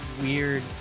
weird